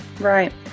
Right